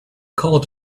called